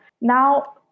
Now